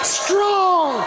strong